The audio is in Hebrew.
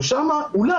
ושמה אולי,